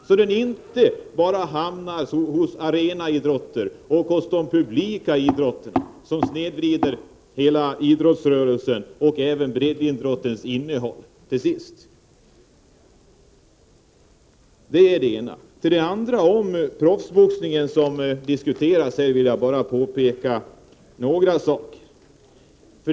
När företagens pengar hamnar bara hos arenaidrotterna snedvrids hela idrottsrörelsen och till sist även breddidrottens innehåll. Det är det ena jag ville säga. I fråga om proffsboxningen, som diskuteras här, vill jag påpeka några saker.